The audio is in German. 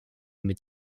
mit